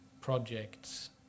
projects